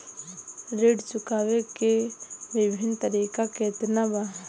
ऋण चुकावे के विभिन्न तरीका केतना बा?